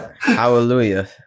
Hallelujah